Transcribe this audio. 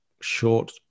short